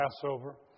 Passover